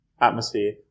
atmosphere